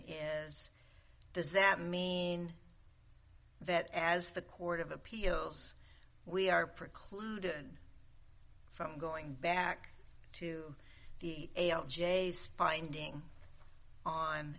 is does that mean that as the court of appeals we are precluded from going back to the a l j is finding on